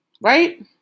right